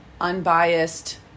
unbiased